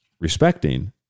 respecting